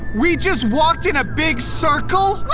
we just walked in a big circle?